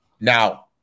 Now